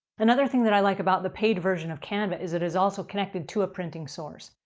another thing that i like about the paid version of canva is it is also connected to a printing source.